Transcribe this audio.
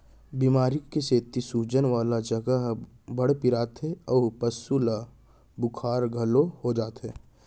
बेमारी के सेती सूजन वाला जघा ह बड़ पिराथे अउ पसु ल बुखार घलौ हो जाथे